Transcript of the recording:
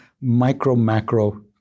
micro-macro